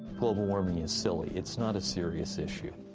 global warming is silly. it's not a serious issue.